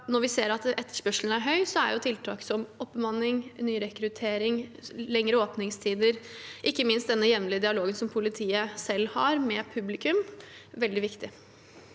Når vi ser at etterspørselen er høy, er tiltak som oppbemanning, nyrekruttering, lengre åpningstider og ikke minst den jevnlige dialogen politiet selv har med publikum, veldig viktige.